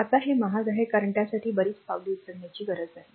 आता हे महाग आहे कारण त्यासाठी बरीच पावले उचलण्याची गरज आहे